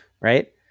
Right